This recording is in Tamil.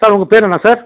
சார் உங்கள் பேர் என்ன சார்